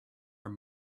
are